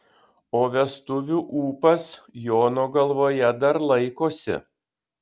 o vestuvių ūpas jono galvoje dar laikosi